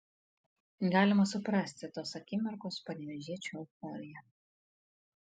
galima suprasti tos akimirkos panevėžiečių euforiją